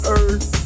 earth